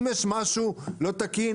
אם יש משהו לא תקין,